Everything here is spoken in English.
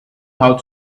how